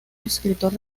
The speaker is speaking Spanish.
escritor